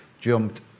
jumped